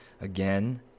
again